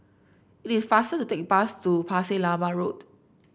it is faster to take bus to Pasir Laba Road